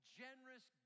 generous